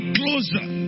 closer